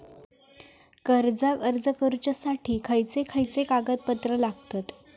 कर्जाक अर्ज करुच्यासाठी खयचे खयचे कागदपत्र लागतत